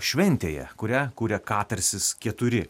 šventėje kurią kuria katarsis keturi